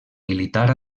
militar